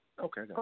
Okay